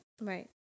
Right